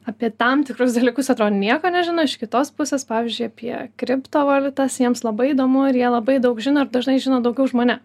apie tam tikrus dalykus atrodo nieko nežino iš kitos pusės pavyzdžiui apie kriptovaliutas jiems labai įdomu ir jie labai daug žino ir dažnai žino daugiau už mane